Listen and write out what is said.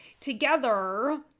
together